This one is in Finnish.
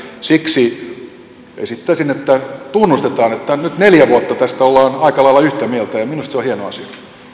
siksi esittäisin että tunnustetaan että nyt neljä vuotta tästä ollaan aika lailla yhtä mieltä ja ja minusta se on hieno asia